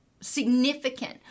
significant